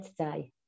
today